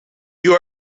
you